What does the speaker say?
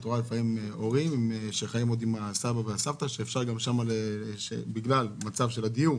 את רואה לפעמים הורים שחיים עוד עם הסבא והסבתא בגלל המצב של הדיור.